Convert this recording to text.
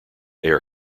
air